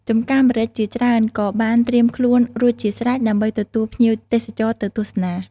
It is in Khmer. ចម្ការម្រេចជាច្រើនក៏បានត្រៀមខ្លួនរួចជាស្រេចដើម្បីទទួលភ្ញៀវទេសចរទៅទស្សនា។